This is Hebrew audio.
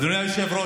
אדוני היושב-ראש,